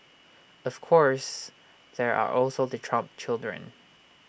of course there are also the Trump children